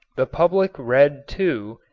the public read, too,